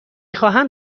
خواهمم